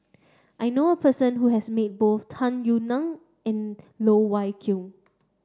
I know a person who has met both Tung Yue Nang and Loh Wai Kiew